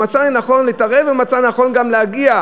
הוא מצא לנכון להתערב והוא מצא לנכון גם להגיע,